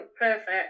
perfect